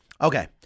Okay